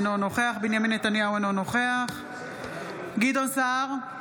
אינו נוכח בנימין נתניהו, אינו נוכח גדעון סער,